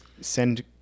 send